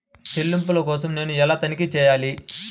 చెల్లింపుల కోసం నేను ఎలా తనిఖీ చేయాలి?